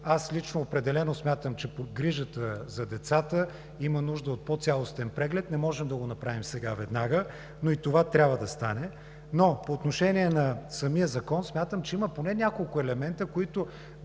Аз лично определено смятам, че грижата за децата има нужда от по-цялостен преглед. Не можем да го направим сега веднага, но и това трябва да стане. По отношение на самия закон, смятам, че има поне няколко елемента, които,